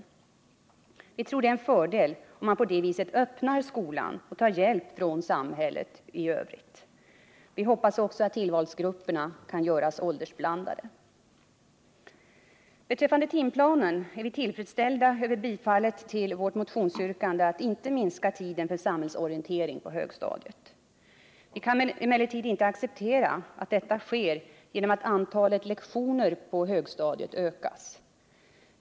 Vi tror att det är en fördel om man på det viset öppnar skolan och tar hjälp från samhället i övrigt. Vi hoppas också att tillvalsgrupperna kan göras åldersblandade. Beträffande timplanen är vi tillfredsställda över att utskottet tillstyrkt vårt motionsyrkande att inte minska tiden för samhällsorienteringen på högstadiet. Vi kan emellertid inte acceptera att detta sker genom att antalet lektioner på högstadiet ökas.